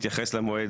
מתייחס למועד